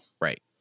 Right